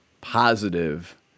positive